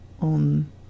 on